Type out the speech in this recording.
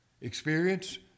experience